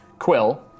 Quill